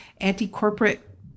anti-corporate